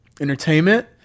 entertainment